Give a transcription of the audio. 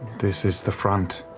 this is the front.